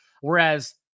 Whereas